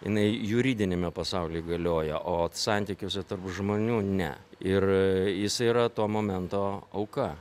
jinai juridiniame pasauly galioja o santykiuose tarp žmonių ne ir jisai yra to momento auka